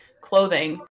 clothing